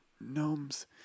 gnomes